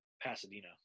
Pasadena